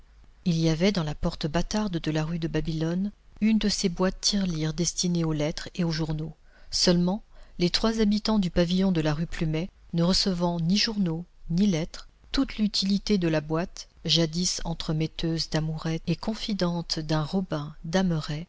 il y avait dans la porte bâtarde de la rue de babylone une de ces boîtes tirelires destinées aux lettres et aux journaux seulement les trois habitants du pavillon de la rue plumet ne recevant ni journaux ni lettres toute l'utilité de la boîte jadis entremetteuse d'amourettes et confidente d'un robin dameret